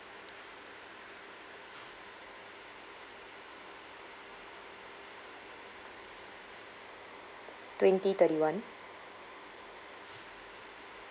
twenty thirty one